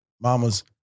mamas